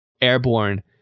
airborne